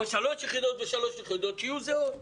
אבל ש-3 יחידות ו-3 יחידות יהיו זהות.